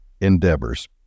endeavors